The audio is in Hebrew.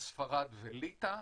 ספרד וליטא.